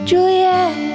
Juliet